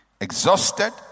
Exhausted